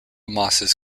mosses